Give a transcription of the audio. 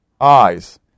eyes